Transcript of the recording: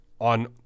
on